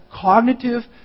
cognitive